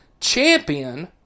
champion